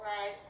right